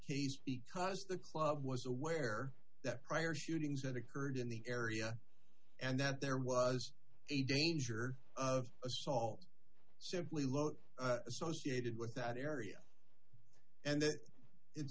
case because the club was aware that prior shootings that occurred in the area and that there was a danger of assault simply lote associated with that area and